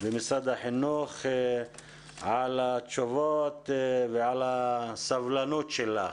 במשרד החינוך על התשובות ועל הסבלנות שלך